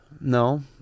No